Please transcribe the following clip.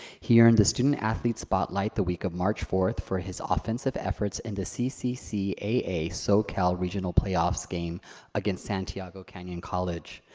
he earned the student athlete spotlight the week of march fourth for his ah offensive efforts in the cccaa socal regional playoffs game against santiago canyon college.